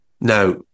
Now